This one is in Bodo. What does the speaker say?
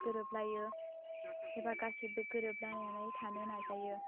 गोरोब लायो एबा गासिबो गोरोब लायनानै थानो नाजायो